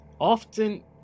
often